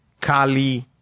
Kali